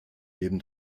neben